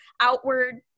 outward